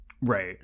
Right